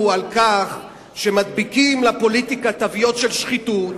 על כך שמדביקים לפוליטיקה תוויות של שחיתות,